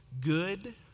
Good